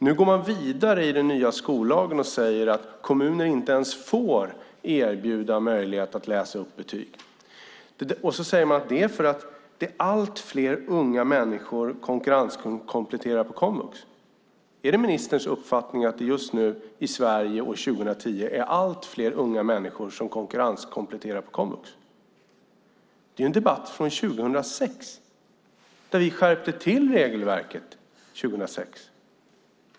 Nu går man vidare i den nya skollagen och säger att kommuner inte ens får erbjuda möjlighet att läsa upp betyg och att det är för att det är allt fler unga människor som konkurrenskompletterar på komvux. Är det ministerns uppfattning att det just nu i Sverige år 2010 är allt fler unga människor som konkurrenskompletterar på komvux? Det är en debatt från 2006 då vi skärpte till regelverket.